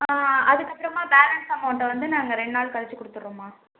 ஆ அதுக்கப்புறமா பேலன்ஸ் அமௌண்ட்ட வந்து நாங்கள் ரெண்டு நாள் கழிச்சு கொடுத்துடுறோம்மா